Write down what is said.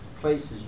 places